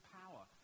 power